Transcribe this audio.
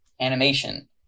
animation